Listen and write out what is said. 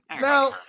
Now